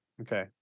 Okay